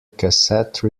cassette